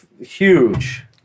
huge